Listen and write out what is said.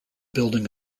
building